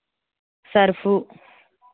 surf